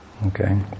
Okay